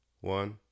one